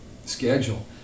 schedule